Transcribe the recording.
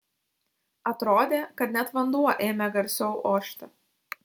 atrodė kad net vanduo ėmė garsiau ošti